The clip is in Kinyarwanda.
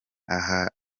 aha